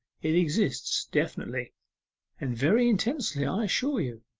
it exists definitely and very intensely, i assure you